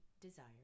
desire